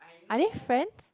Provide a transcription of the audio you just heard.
are they friends